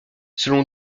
selon